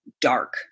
dark